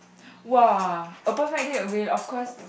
!wah! a birth like that will of course